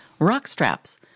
Rockstraps